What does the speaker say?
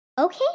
Okay